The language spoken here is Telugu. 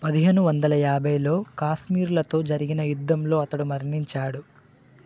పదిహేను వందల యాబ్భైలో కాశ్మీర్లతో జరిగిన యుద్ధంలో అతడు మరణించాడు